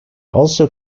also